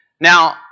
Now